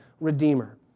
redeemer